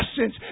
essence